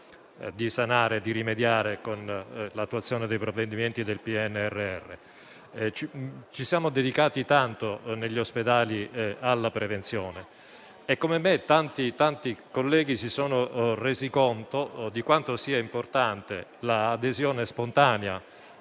di sanare con l'attuazione dei provvedimenti del PNRR. Ci siamo dedicati tanto negli ospedali alla prevenzione e, come me, tanti colleghi si sono resi conto di quanto sia importante l'adesione spontanea